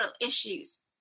issues